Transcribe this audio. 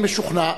אני משוכנע